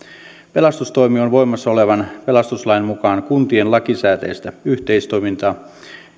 pelastustoimi on voimassa olevan pelastuslain mukaan kuntien lakisääteistä yhteistoimintaa